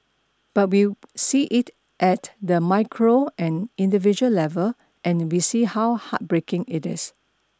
but we'll see it at the micro and individual level and we see how heartbreaking it is